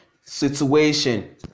situation